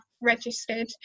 registered